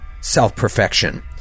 self-perfection